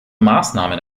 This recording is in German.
maßnahmen